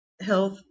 health